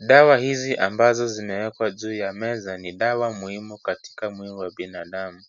Dawa hizi ambazo zimewekwa juu ya meza ni dawa muhimu katika mwili wa binadamu,